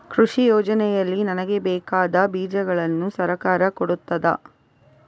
ಕೃಷಿ ಯೋಜನೆಯಲ್ಲಿ ನನಗೆ ಬೇಕಾದ ಬೀಜಗಳನ್ನು ಸರಕಾರ ಕೊಡುತ್ತದಾ?